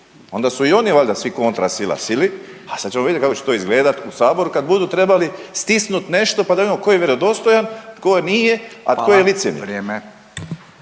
onda su i oni valjda svi kontrasila sili, a sad ćemo vidjeti kako će to izgledati u Saboru kad budu trebali stisnuti nešto pa da vidimo tko je vjerodostojan, tko nije, a tko je licemjeran.